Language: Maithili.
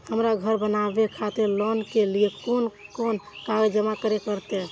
हमरा घर बनावे खातिर लोन के लिए कोन कौन कागज जमा करे परते?